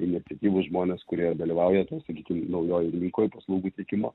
iniciatyvūs žmonės kurie dalyvauja toj sakykim naujoj rinkoj paslaugų teikimo